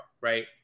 right